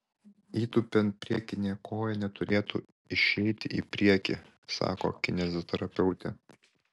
įtūpiant priekinė koja neturėtų išeiti į priekį sako kineziterapeutė